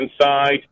inside